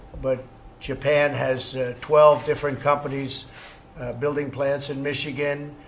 but japan has twelve different companies building plants in michigan,